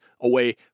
away